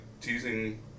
teasing